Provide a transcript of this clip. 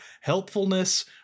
helpfulness